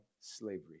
slavery